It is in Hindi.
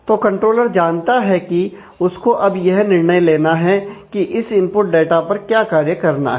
तो कंट्रोलर जानता है कि इसको अब यह निर्णय लेना है कि इस इनपुट डाटा पर क्या कार्य करना है